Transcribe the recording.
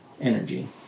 energy